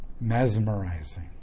mesmerizing